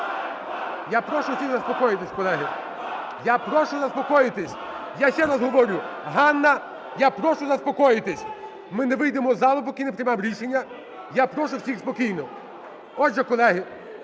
Я прошу всіх заспокоїтись, колеги. Я прошу заспокоїтись! Я ще раз говорю. Ганна, я прошу заспокоїтись. Ми не вийдемо з залу, поки не приймемо рішення. Я прошу всіх спокійно… Отже, колеги,